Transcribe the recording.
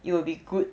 it will be good